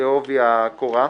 לעובי הקורה,